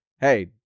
hey